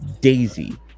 daisy